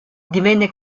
divenne